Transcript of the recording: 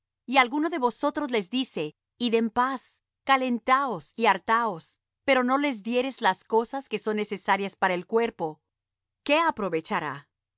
y alguno de vosotros les dice id en paz calentaos y hartaos pero no les diereis las cosas que son necesarias para el cuerpo qué aprovechará